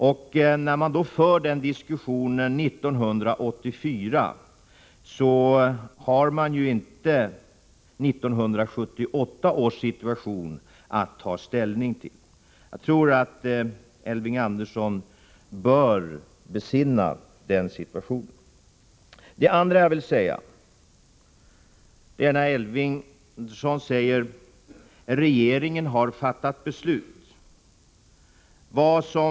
Och i diskussionerna 1984 är det ju inte 1978 års situation man har att ta ställning till. Jag tror att Elving Andersson bör besinna detta. Jag vill också ta upp en annan sak. Regeringen har fattat beslut, säger Elving Andersson.